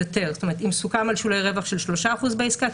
זאת אומרת אם סוכם על שולי רווח של 3% בעסקה,